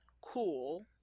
cool